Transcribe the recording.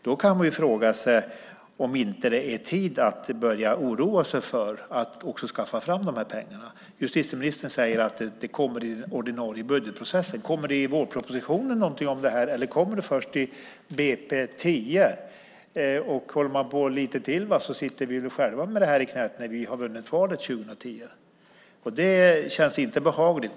Då kan vi fråga oss om det inte är tid att börja oroa sig för att också skaffa fram pengarna. Justitieministern säger att det kommer med i den ordinarie budgetprocessen. Kommer det i vårpropositionen eller kommer det i budgetpropositionen för 2010? Håller man på lite till sitter vi själva med det här i knät när vi har vunnit valet 2010, och det känns inte behagligt.